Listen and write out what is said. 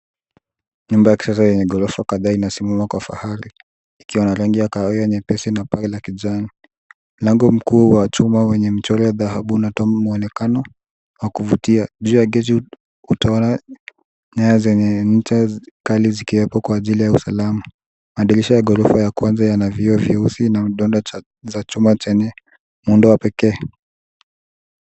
Nyumba ya kisasa yenye ghorofa kadhaa inasimama kwa fahari ikiwa na rangi ya kahawia nyepesi na paa la kijani. Mlango mkuu wa chumba wenye mchoro wa dhahabu unatoa mwonekano wa kuvutia. Juu ya gate utaona nea zenye ncha kali zikiekwa kwa ajili ya usalama. Madirisha ya ghorofa ya kwanza yana vioo vyeusi na udonda za chuma chenye muundo wa pekee.